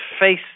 face